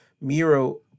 Miro